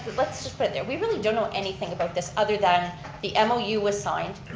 let's just put it there, we really don't know anything about this other than the mou was signed.